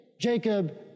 Jacob